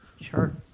Sure